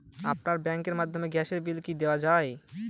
আপনার ব্যাংকের মাধ্যমে গ্যাসের বিল কি দেওয়া য়ায়?